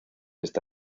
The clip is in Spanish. está